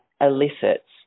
elicits